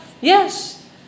Yes